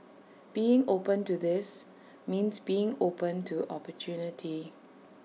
being open to this means being open to opportunity